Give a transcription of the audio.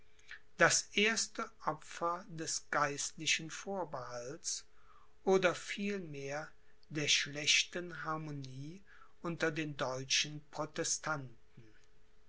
das erste opfer des geistlichen vorbehalts oder vielmehr der schlechten harmonie unter den deutschen protestanten